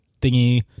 thingy